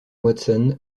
watson